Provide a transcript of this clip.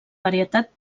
varietat